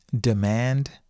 demand